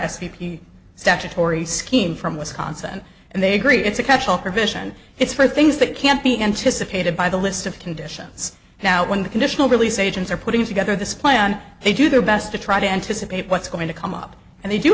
p p statutory scheme from wisconsin and they agree it's a catch all provision it's for things that can't be anticipated by the list of conditions now when the conditional release agents are putting together this plan they do their best to try to anticipate what's going to come up and they do